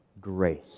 grace